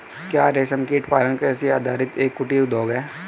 क्या रेशमकीट पालन कृषि आधारित एक कुटीर उद्योग है?